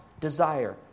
desire